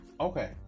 Okay